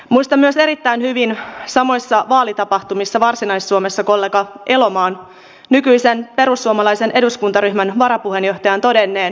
muistan myös erittäin hyvin samoissa vaalitapahtumissa varsinais suomessa kollega elomaan nykyisen perussuomalaisen eduskuntaryhmän varapuheenjohtajan todenneen